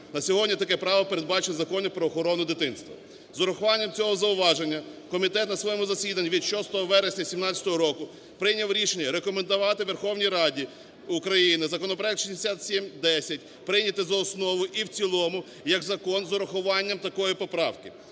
На сьогодні таке право передбачено в Законі про охорону дитинства. З урахуванням цього зауваження комітет на своєму засіданні від 6 вересня 2017 року прийняв рішення рекомендувати Верховній Ради України законопроект 6710 прийняти за основу і в цілому як закон з урахуванням такої поправки.